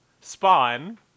Spawn